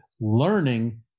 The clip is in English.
learning